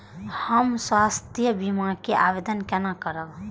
हम स्वास्थ्य बीमा के आवेदन केना करब?